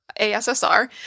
ASSR